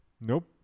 nope